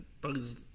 bug's